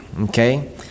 okay